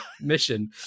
mission